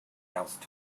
else